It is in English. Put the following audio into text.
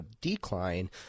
decline